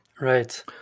Right